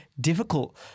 difficult